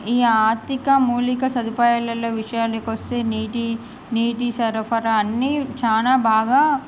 ఈ ఆర్ధిక మూలిక సదుపాయాలలో విషయానికి వస్తే నీటి నీటి సరఫరా అన్నీ చాలా బాగా